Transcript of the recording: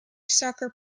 soccer